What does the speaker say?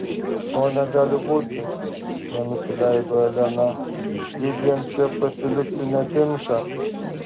to negali būti nenusileido elena judviem čia pasilikti netinka